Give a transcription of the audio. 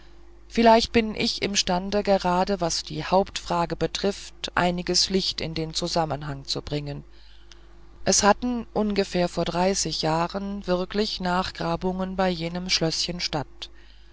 vielleicht bin ich imstande gerade was die hauptfrage betrifft einiges licht in den zusammenhang zu bringen es hatten ungefähr vor dreißig jahren wirklich nachgrabungen bei jenem schlößchen statt